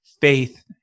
faith